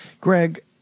Greg